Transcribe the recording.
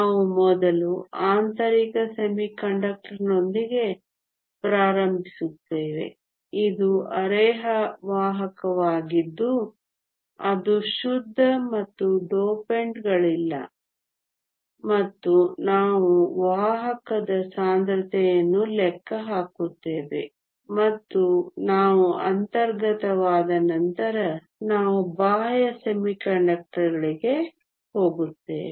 ನಾವು ಮೊದಲು ಆಂತರಿಕ ಅರೆವಾಹಕನೊಂದಿಗೆ ಪ್ರಾರಂಭಿಸುತ್ತೇವೆ ಇದು ಅರೆವಾಹಕವಾಗಿದ್ದು ಅದು ಶುದ್ಧ ಮತ್ತು ಡೋಪೆಂಡ್ಗಳಿಲ್ಲ ಮತ್ತು ನಾವು ವಾಹಕದ ಸಾಂದ್ರತೆಯನ್ನು ಲೆಕ್ಕ ಹಾಕುತ್ತೇವೆ ಮತ್ತು ನಾವು ಅಂತರ್ಗತವಾದ ನಂತರ ನಾವು ಬಾಹ್ಯ ಅರೆವಾಹಕಗಳಿಗೆ ಹೋಗುತ್ತೇವೆ